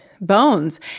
bones